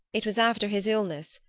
it was after his illness,